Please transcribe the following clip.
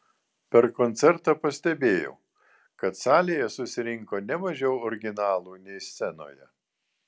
per koncertą pastebėjau kad salėje susirinko ne mažiau originalų nei scenoje